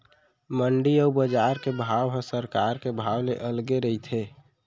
मंडी अउ बजार के भाव ह सरकार के भाव ले अलगे रहिथे